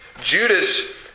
Judas